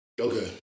okay